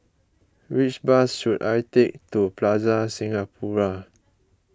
which bus should I take to Plaza Singapura